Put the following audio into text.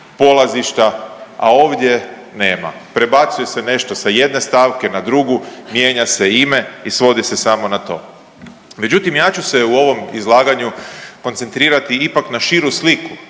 polazišta, a ovdje nema. Prebacuje se nešto sa jedne stavke na drugu, mijenja se ime i svodi se samo na to. Međutim, ja ću se u ovom izlaganju koncentrirati ipak na širu sliku